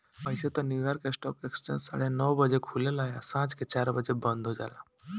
अइसे त New York stock exchange साढ़े नौ बजे खुलेला आ सांझ के चार बजे बंद हो जाला